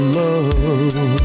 love